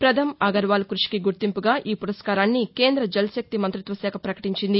పథమ్ అగర్వాల్ క్బషికి గుర్తింపుగా ఈ పురస్కారాన్ని కేంద్ర జల్ శక్తి మంత్రిత్వశాఖ ప్రకటించింది